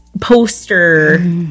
poster